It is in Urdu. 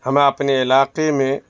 ہمیں اپنے علاقے میں